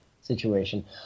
situation